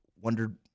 wondered